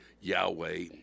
Yahweh